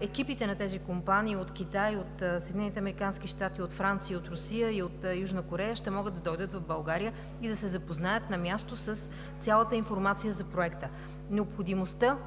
екипите на тези компании от Китай, от Съединените американски щати, от Франция, от Русия и от Южна Корея ще могат да дойдат в България и да се запознаят на място с цялата информация за проекта. Необходимостта